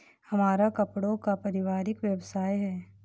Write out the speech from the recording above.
हमारा कपड़ों का पारिवारिक व्यवसाय है